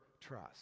trust